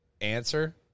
answer